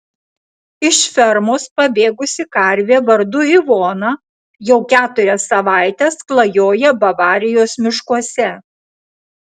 iš fermos pabėgusi karvė vardu ivona jau keturias savaites klajoja bavarijos miškuose